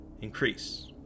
increase